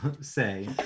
say